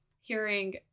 hearing